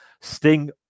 Sting